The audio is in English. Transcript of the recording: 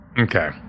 Okay